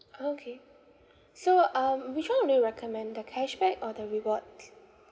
okay so um which one will you recommend the cashback or the reward